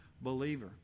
believer